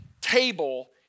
table